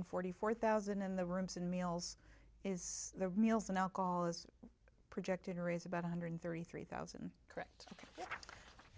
hundred forty four thousand in the rooms and meals is their meals and alcohol is projected to raise about one hundred thirty three thousand correct